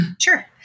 Sure